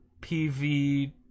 PV